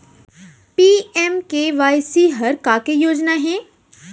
PMKSY हर का के योजना हे?